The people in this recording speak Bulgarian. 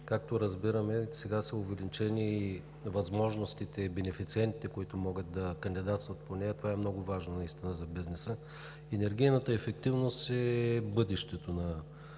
както разбирам сега, увеличени са възможностите и бенефициентите, които могат да кандидатстват по нея. Това е много важно за бизнеса. Енергийната ефективност е бъдещето ни